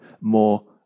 more